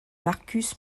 markus